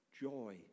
joy